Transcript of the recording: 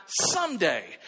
someday